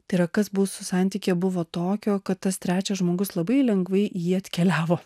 tai yra kas mūsų santykyje buvo tokio kad tas trečias žmogus labai lengvai į jį atkeliavo